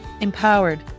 empowered